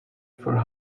for